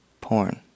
porn